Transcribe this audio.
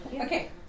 Okay